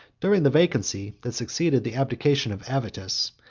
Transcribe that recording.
during the vacancy that succeeded the abdication of avitus,